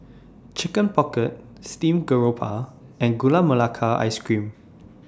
Chicken Pocket Steamed Garoupa and Gula Melaka Ice Cream